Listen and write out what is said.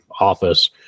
office